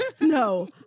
No